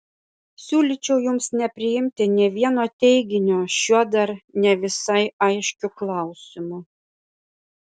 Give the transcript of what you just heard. siūlyčiau jums nepriimti nė vieno teiginio šiuo dar ne visai aiškiu klausimu